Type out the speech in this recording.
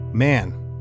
Man